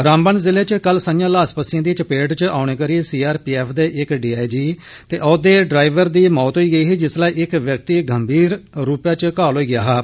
रामबन जिले च कल संझा लास पस्सियें दी चपेट च औने करी सी आर पी एफ दे इक डी आई जी ते औहदे ड्राईवर दी मौत होई गेई जिस्सलै इक व्यक्ति गंभीर तौर उप्पर घायल होई गेआ हा